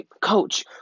coach